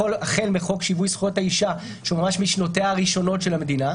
החל מחוק שיווי זכויות האישה שהוא ממש משנותיה הראשונות של המדינה,